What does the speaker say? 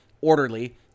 orderly